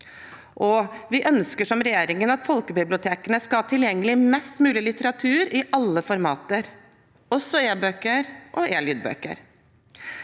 vi ønsker, som regjeringen, at folkebibliotekene skal ha tilgjengelig mest mulig litteratur i alle formater, også e-bøker og e-lydbøker.